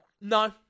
No